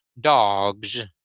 dogs